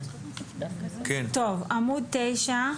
טוב, עמוד 9,